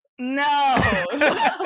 no